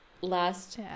last